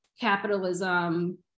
capitalism